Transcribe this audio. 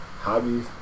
Hobbies